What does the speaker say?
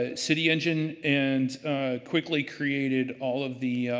ah city engine and quickly created all of the